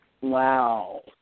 Wow